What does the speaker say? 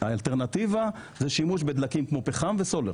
האלטרנטיבה זה שימוש בדלקים כמו פחם וסולר.